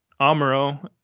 Amaro